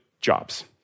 jobs